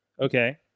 okay